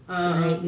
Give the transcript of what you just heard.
ah ah ah